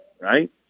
right